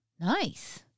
nice